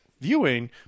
viewing